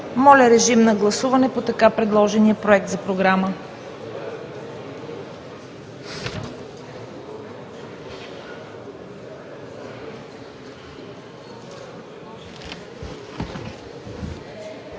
Моля, режим на гласуване по така предложения Проект на програма.